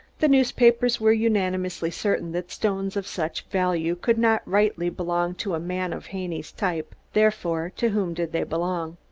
the newspapers were unanimously certain that stones of such value could not rightfully belong to a man of haney's type, therefore, to whom did they belong?